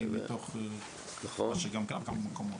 מה שקרה בכמה מקומות.